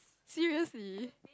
seriously